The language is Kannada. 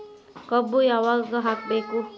ಕಬ್ಬು ಯಾವಾಗ ಹಾಕಬೇಕು?